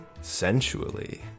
sensually